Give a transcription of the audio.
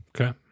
Okay